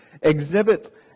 exhibit